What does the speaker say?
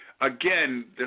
Again